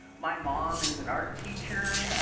my mom is an art teacher,